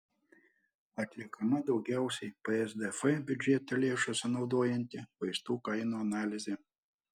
atliekama daugiausiai psdf biudžeto lėšų sunaudojanti vaistų kainų analizė